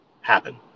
happen